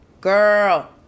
girl